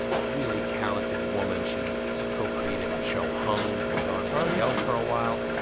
ah really talented woman she co-created that show hung that was on hbo for a while